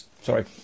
Sorry